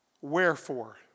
Wherefore